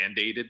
mandated